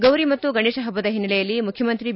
ಗೌರಿ ಮತ್ತು ಗಣೇಶ ಹಬ್ಬದ ಹಿನ್ನೆಲೆಯಲ್ಲಿ ಮುಖ್ಖಮಂತ್ರಿ ಬಿ